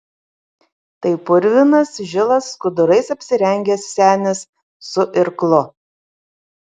tai purvinas žilas skudurais apsirengęs senis su irklu